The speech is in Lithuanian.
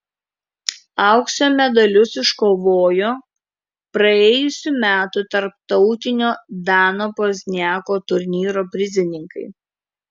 aukso medalius iškovojo praėjusių metų tarptautinio dano pozniako turnyro prizininkai